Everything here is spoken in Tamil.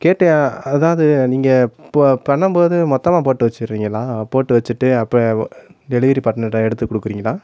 கேட்டேன் அதாவது நீங்கள் ப பண்ணும் போது மொத்தமாக போட்டு வச்சுருவீங்களா போட்டு வச்சுட்டு அப்ப டெலிவரி பண்ணதை எடுத்து கொடுக்குறீங்களா